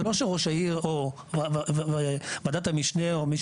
זה לא שראש העיר או וועדת המשנה או מי